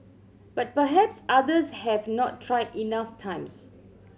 but perhaps others have not tried enough times